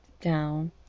down